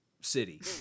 City